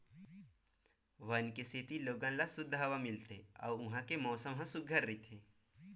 वन के सेती लोगन ल सुद्ध हवा मिलथे अउ उहां के मउसम ह सुग्घर रहिथे